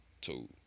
two